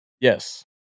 Yes